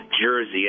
jersey